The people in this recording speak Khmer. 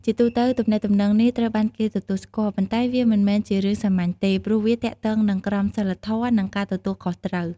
ជាទូទៅ ទំនាក់ទំនងនេះត្រូវបានគេទទួលស្គាល់ ប៉ុន្តែវាមិនមែនជារឿងសាមញ្ញទេ ព្រោះវាទាក់ទងនឹងក្រមសីលធម៌ និងការទទួលខុសត្រូវ។